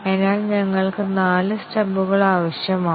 അതിനാൽ ഞങ്ങൾക്ക് നാല് സ്റ്റബുകൾ ആവശ്യമാണ്